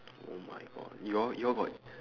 oh my god you all you all got